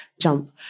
jump